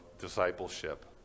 discipleship